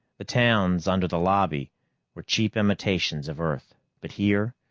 the towns under the lobby were cheap imitations of earth, but here,